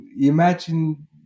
imagine